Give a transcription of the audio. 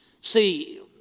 See